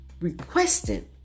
requested